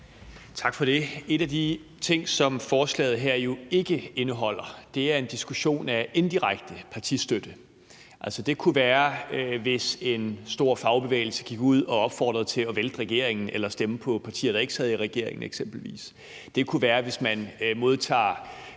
Tak for det. En af de ting, som forslaget her jo ikke indeholder, er en diskussion af indirekte partistøtte. Altså, det kunne eksempelvis være, hvis en stor fagbevægelse gik ud og opfordrede til at vælte regeringen eller stemme på partier, der ikke sad i regeringen. Det kunne være, hvis man modtager